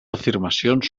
afirmacions